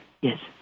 Yes